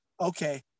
Okay